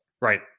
right